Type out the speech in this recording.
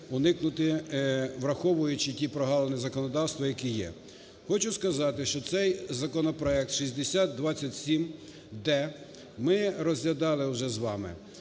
уникнути, враховуючи ті прогалини законодавства, які є. Хочу сказати, що цей законопроект (6027-д) ми розглядали вже з вами.